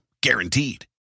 Guaranteed